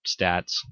stats